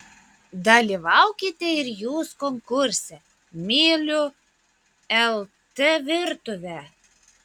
dalyvaukite ir jūs konkurse myliu lt virtuvę